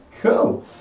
Cool